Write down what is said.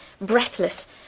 breathless